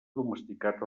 domesticat